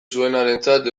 zuenarentzat